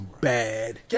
bad